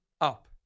up